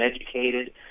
educated